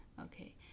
Okay